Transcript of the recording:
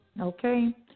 Okay